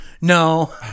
no